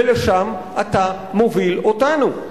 לשם אתה מוביל אותנו.